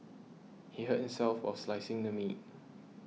he hurt himself while slicing the meat